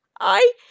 I